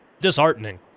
disheartening